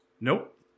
Nope